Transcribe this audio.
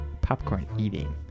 Popcorn-eating